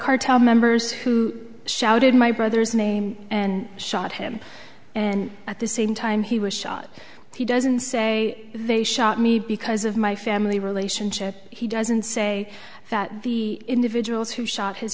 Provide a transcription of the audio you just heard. cartel members who shouted my brother's name and shot him and at the same time he was shot he doesn't say they shot me because of my family relationship he doesn't say that the individuals who shot his